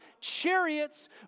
chariots